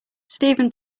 steven